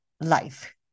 life